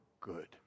good